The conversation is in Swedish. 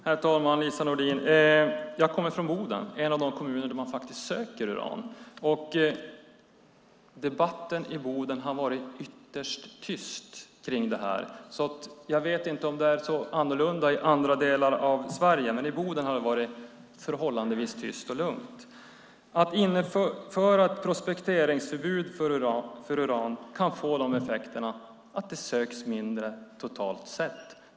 Herr talman! Jag kommer från Boden, en av de kommuner där man faktiskt söker uran, och debatten i Boden har varit ytterst tyst kring det här. Jag vet inte om det är så annorlunda i andra delar av Sverige, men i Boden har det varit förhållandevis tyst och lugnt. Att införa ett prospekteringsförbud för uran kan få effekten att det söks mindre totalt sett.